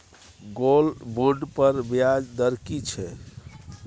Gold bond पर ब्याज दर की छै?